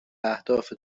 اهداف